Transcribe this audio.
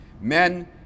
men